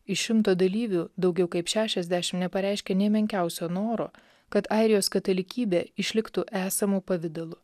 iš šimto dalyvių daugiau kaip šešiasdešimt nepareiškė nė menkiausio noro kad airijos katalikybė išliktų esamu pavidalu